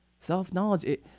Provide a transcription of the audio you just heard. Self-knowledge